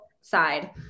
side